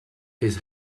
his